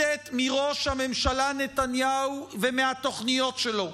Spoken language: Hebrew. מראש הממשלה נתניהו ומהתוכניות שלו.